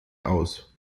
aus